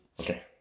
Okay